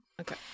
Okay